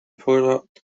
product